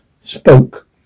spoke